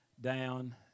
down